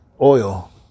oil